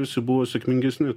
visi buvo sėkmingesni